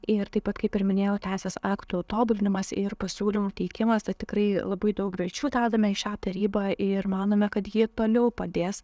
ir taip pat kaip ir minėjau teisės aktų tobulinimas ir pasiūlymų teikimas tai tikrai labai daug greičiau dedame į šią tarybą ir manome kad ji toliau padės